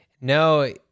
No